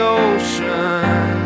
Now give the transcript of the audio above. ocean